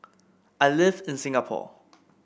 I live in Singapore